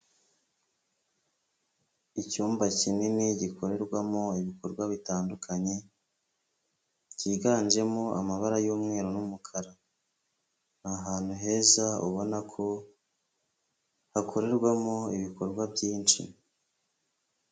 Icyumba kinini gikorerwamo ibikorwa bitandukanye cyiganjemo amabara y'umweru n'umukara, ni ahantu heza ubona ko hakorerwamo ibikorwa byinshi.